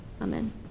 Amen